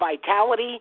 vitality